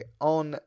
on